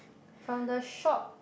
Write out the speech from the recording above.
from the shop